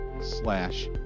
slash